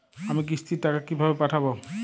আমি কিস্তির টাকা কিভাবে পাঠাব?